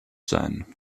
sein